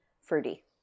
fruity